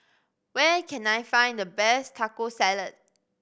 where can I find the best Taco Salad